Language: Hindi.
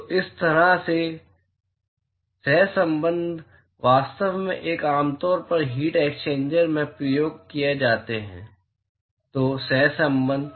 तो इस तरह के सहसंबंध वास्तव में आमतौर पर हीट एक्सचेंजर्स में उपयोग किए जाते हैं तो सहसंबंध